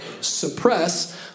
suppress